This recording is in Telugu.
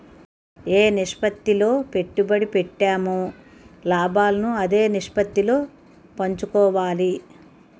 ఏ నిష్పత్తిలో పెట్టుబడి పెట్టామో లాభాలను అదే నిష్పత్తిలో పంచుకోవాలి